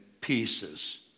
pieces